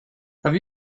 have